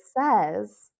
says